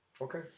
Okay